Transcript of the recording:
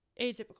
atypical